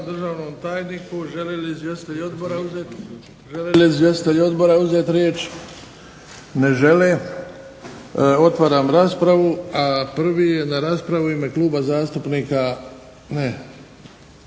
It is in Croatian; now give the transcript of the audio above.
državnom tajniku. Žele li izvjestitelji odbora uzeti riječ? Ne žele. Otvaram raspravu. Prvi je za raspravu u ime kluba zastupnika, ne.